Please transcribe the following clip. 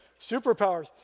Superpowers